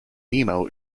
nemo